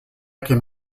can